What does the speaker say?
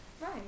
right